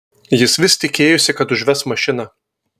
jis vis tikėjosi kad užves mašiną